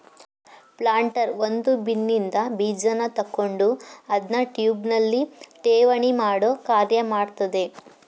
planter ಒಂದು ಬಿನ್ನಿನ್ದ ಬೀಜನ ತಕೊಂಡು ಅದ್ನ ಟ್ಯೂಬ್ನಲ್ಲಿ ಠೇವಣಿಮಾಡೋ ಕಾರ್ಯ ಮಾಡ್ತದೆ